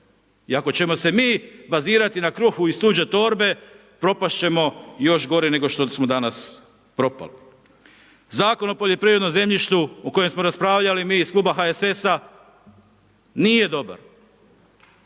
I ako ćemo se mi bazirati na kruhu iz tuđe torbe, propast ćemo još gore nego što smo danas propali. Zakon o poljoprivrednom zemljištu o kojem smo raspravljali mi iz kluba HSS-a nije dobar.